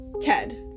Ted